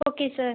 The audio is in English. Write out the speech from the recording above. okay sir